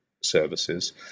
services